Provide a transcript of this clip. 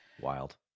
Wild